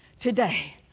today